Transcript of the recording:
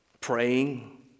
praying